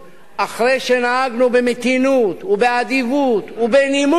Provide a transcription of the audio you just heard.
אחרי שנהגנו במתינות, ובאדיבות ובנימוס